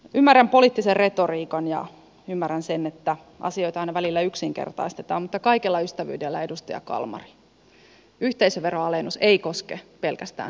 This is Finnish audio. ymmärrän poliittisen retoriikan ja ymmärrän sen että asioita aina välillä yksinkertaistetaan mutta kaikella ystävyydellä edustaja kalmari yhteisöveron alennus ei koske pelkästään suuryrityksiä